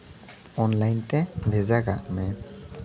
online ᱛᱮ ᱵᱷᱮᱡᱟ ᱠᱟᱜ ᱢᱮ